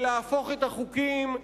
ולהפוך את החוקים,